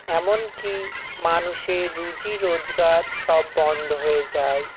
এমনকি মানুষের রুজি রোজগার সব বন্ধ হয়ে যায়